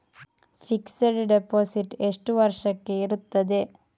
Fixed deposit ಎಷ್ಟು ವರ್ಷಕ್ಕೆ ಇರುತ್ತದೆ?